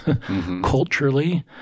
culturally